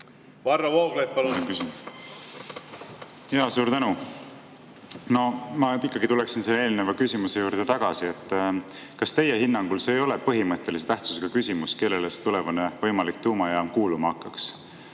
Varro Vooglaid, palun! Jaa, suur tänu! No ma ikkagi tuleksin selle eelneva küsimuse juurde tagasi. Kas teie hinnangul see ei ole põhimõttelise tähtsusega küsimus, kellele see tulevane võimalik tuumajaam kuuluma hakkaks: